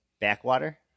backwater